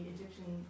Egyptian